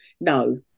No